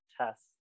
tests